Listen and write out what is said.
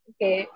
Okay